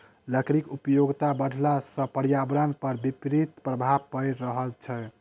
लकड़ीक उपयोगिता बढ़ला सॅ पर्यावरण पर विपरीत प्रभाव पड़ि रहल छै